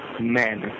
men